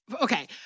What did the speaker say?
Okay